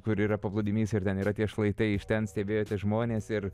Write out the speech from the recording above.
kur yra paplūdimys ir ten yra tie šlaitai iš ten stebėti žmones ir